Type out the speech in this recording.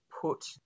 put